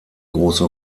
große